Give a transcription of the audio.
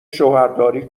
شوهرداری